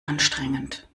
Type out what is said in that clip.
anstrengend